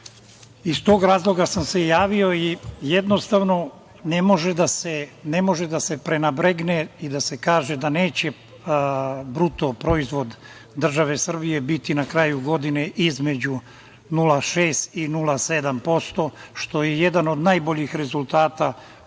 iz tog razloga sam se javio. Jednostavno, ne može da se prenebregne i da se kaže da neće bruto proizvod države Srbije biti na kraju godine između 0,6% i 0,7%, što je jedan od najboljih rezultata